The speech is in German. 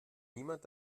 niemand